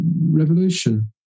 revolution